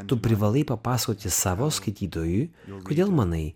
tu privalai papasakoti savo skaitytojui kodėl manai